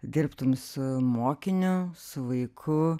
dirbtum su mokiniu su vaiku